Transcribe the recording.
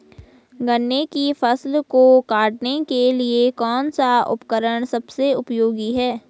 गन्ने की फसल को काटने के लिए कौन सा उपकरण सबसे उपयोगी है?